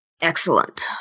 Excellent